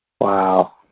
Wow